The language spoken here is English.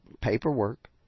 paperwork